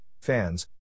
Fans